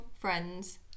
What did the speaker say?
Friends